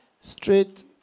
straight